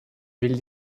ville